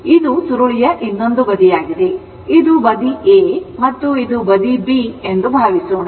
ಇದು ಸುರುಳಿಯ ಇನ್ನೊಂದು ಬದಿಯಾಗಿದೆ ಇದುಬದಿ A ಮತ್ತು ಇದು ಬದಿ B ಎಂದು ಭಾವಿಸೋಣ